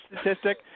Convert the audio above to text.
statistic